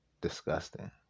disgusting